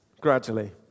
gradually